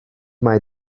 mae